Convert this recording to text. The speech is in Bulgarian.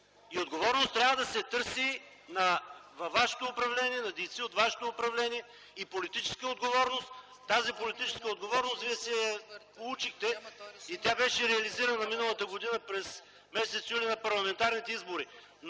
отговорност във вашето управление, на дейци от вашето управление, а също и политическа отговорност. Тази политическа отговорност вие си я получихте и тя беше реализирана миналата година през м. юни на парламентарните избори.